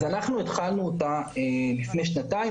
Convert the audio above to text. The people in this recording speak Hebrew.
אז אנחנו התחלנו אותה לפני שנתיים,